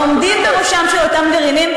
העומדים בראשם של אותם גרעינים,